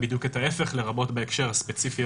כולל נציגי